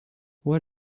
what